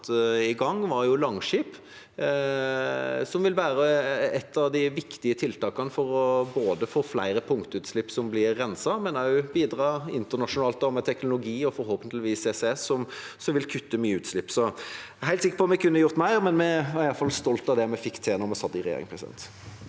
i gang, var Langskip, som vil være et av de viktige tiltakene for både å få flere punktutslipp som blir renset, og å bidra internasjonalt med teknologi, og forhåpentligvis CCS, som vil kutte mye utslipp. Jeg er helt sikker på at vi kunne gjort mer, men vi er i alle fall stolt av det vi fikk til da vi satt i regjering. Lars